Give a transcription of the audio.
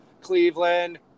Cleveland